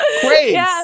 Great